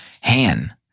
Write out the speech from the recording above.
Han